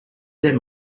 their